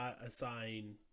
assign